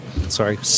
sorry